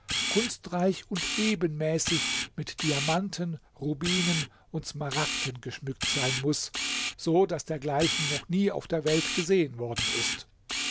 kunstreich und ebenmäßig mit diamanten rubinen und smaragden geschmückt sein muß so daß dergleichen noch nie auf der welt gesehen worden ist